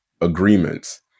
agreements